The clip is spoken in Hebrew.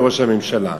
לראש הממשלה.